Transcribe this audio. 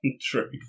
True